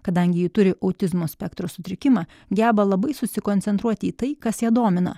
kadangi ji turi autizmo spektro sutrikimą geba labai susikoncentruoti į tai kas ją domina